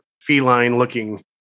feline-looking